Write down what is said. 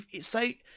say